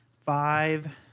five